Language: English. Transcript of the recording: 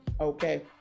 Okay